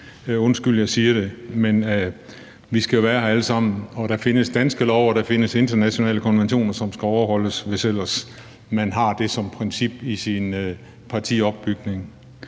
undskyld, jeg siger det, men vi skal jo være her alle sammen, og der findes danske love, og der findes internationale konventioner, som skal overholdes, hvis ellers man har det som et princip i sin partiopbygning.